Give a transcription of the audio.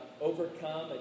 overcome